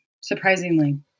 surprisingly